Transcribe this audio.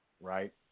right